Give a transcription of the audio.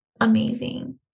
amazing